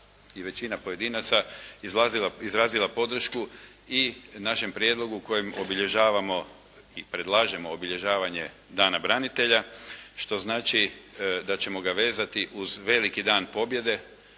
i većina pojedinaca izrazila podršku i našim prijedlogom kojim obilježavamo i predlažemo obilježavanje dana branitelja što znači da ćemo ga vezati uz veliki Dan pobjede.